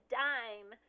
dime